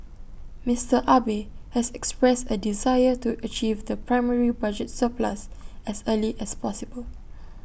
Mister Abe has expressed A desire to achieve the primary budget surplus as early as possible